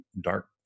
dark